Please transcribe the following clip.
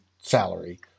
salary